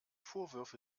vorwürfe